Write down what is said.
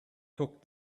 took